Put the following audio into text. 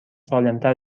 سالمتر